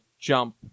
jump